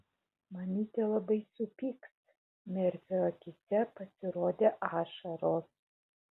mamytė labai supyks merfio akyse pasirodė ašaros